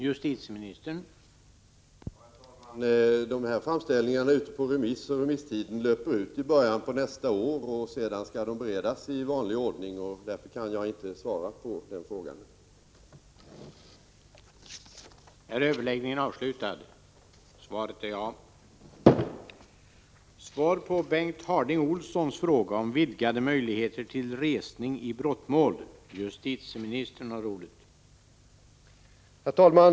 Herr talman! De nämnda framställningarna är ute på remiss, och remisstiden löper ut i början på nästa år. Därefter skall remissvaren beredas i vanlig ordning. Jag kan därför inte svara på Björn Samuelsons fråga.